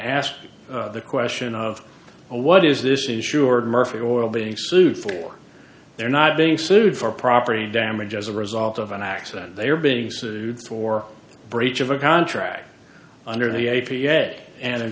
k the question of what is this is sure and murphy oil being sued for they're not being sued for property damage as a result of an accident they are being sued for breach of a contract under the a p a and in